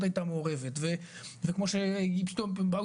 העובדים הייתה מעורבת וכמו שנתנו מגבלות אז פתאום באו